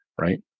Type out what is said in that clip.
right